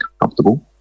comfortable